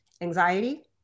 Anxiety